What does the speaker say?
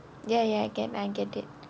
ya ya get and get it